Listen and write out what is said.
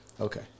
Okay